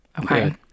Okay